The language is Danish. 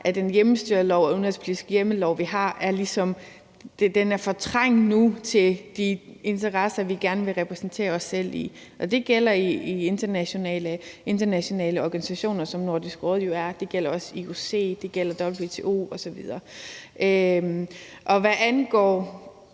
at en hjemmestyrelov og en udenrigspolitisk hjemmellov , vi har, ligesom nu er fortrængt i forhold til de interesser, vi gerne vil repræsentere os selv i. Det gælder i internationale organisationer, som Nordisk Råd jo er. Det gælder